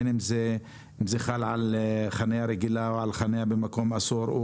בין אם זה חל על חניה רגילה או על חניה במקום אסור,